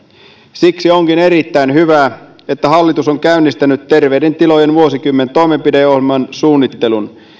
siksi onkin erittäin hyvä että hallitus on käynnistänyt terveiden tilojen vuosikymmen toimenpideohjelman suunnittelun